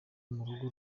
murugo